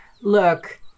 Look